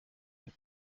del